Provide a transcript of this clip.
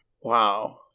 wow